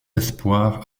espoirs